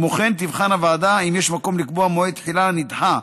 כמו כן תבחן הוועדה אם יש מקום לקבוע מועד תחילה נדחה